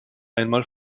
einmal